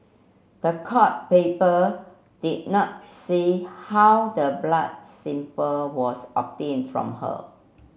the court paper did not say how the blood sample was obtained from her